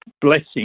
blessing